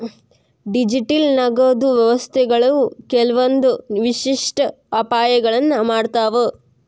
digital ನಗದು ವ್ಯವಸ್ಥೆಗಳು ಕೆಲ್ವಂದ್ ವಿಶಿಷ್ಟ ಅಪಾಯಗಳನ್ನ ಮಾಡ್ತಾವ